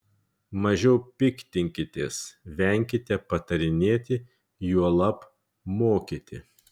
mažiau piktinkitės venkite patarinėti juolab mokyti